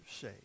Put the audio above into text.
say